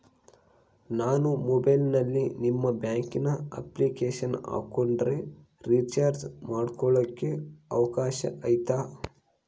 ನಾನು ಮೊಬೈಲಿನಲ್ಲಿ ನಿಮ್ಮ ಬ್ಯಾಂಕಿನ ಅಪ್ಲಿಕೇಶನ್ ಹಾಕೊಂಡ್ರೆ ರೇಚಾರ್ಜ್ ಮಾಡ್ಕೊಳಿಕ್ಕೇ ಅವಕಾಶ ಐತಾ?